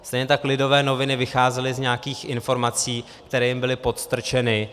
Stejně tak Lidové noviny vycházely z nějakých informací, které jim byly podstrčeny.